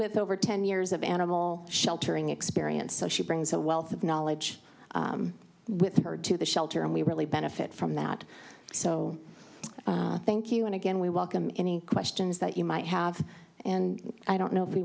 with over ten years of animal sheltering experience so she brings a wealth of knowledge with her to the shelter and we really benefit from that so thank you and again we welcome any questions that you might have and i don't know if we